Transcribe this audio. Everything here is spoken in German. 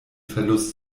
verlust